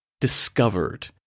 discovered